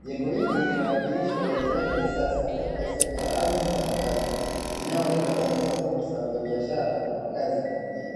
Jengo hili linawakilisha uwekezaji wa kisasa katika sekta ya ardhi na makazi, inayolenga kuongeza fursa za biashara na makazi mjini.